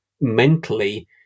mentally